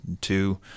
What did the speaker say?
two